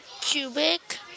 cubic